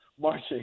marching